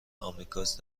آمریکاست